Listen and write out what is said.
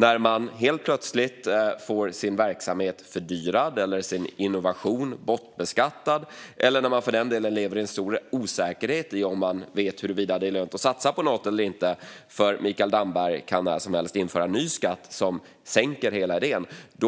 När man plötsligt får sin verksamhet fördyrad, sin innovation bortbeskattad eller lever i stor osäkerhet om huruvida det är värt att satsa på något eller inte eftersom Mikael Damberg när som helst kan införa en ny skatt som sänker hela idén